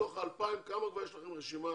מתוך ה-2,000 כמה יש לכם כבר ברשימה